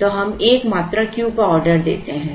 तो हम एक मात्रा Q का ऑर्डर देते हैं